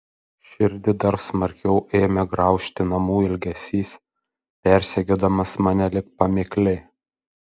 širdį dar smarkiau ėmė graužti namų ilgesys persekiodamas mane lyg pamėklė